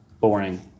boring